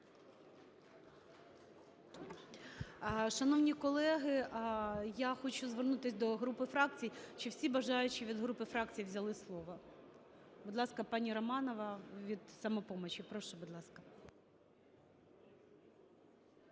Шановні колеги, я хочу звернутися до груп і фракцій. Чи всі бажаючі від груп і фракцій взяли слово? Будь ласка, пані Романова від "Самопомочі". Прошу, будь ласка.